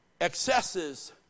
excesses